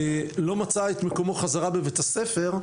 לא מצא את מקומו חזרה בבית הספר,